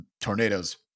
tornadoes